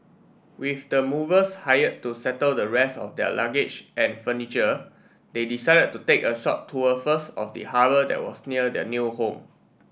with the movers hired to settle the rest of their luggage and furniture they decided to take a short tour first of the harbour that was near their new home